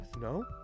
No